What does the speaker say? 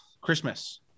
Christmas